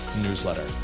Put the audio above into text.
newsletter